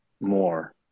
more